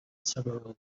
several